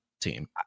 team